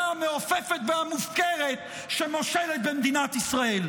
המעופפת והמופקרת שמושלת במדינת ישראל.